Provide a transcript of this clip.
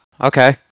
okay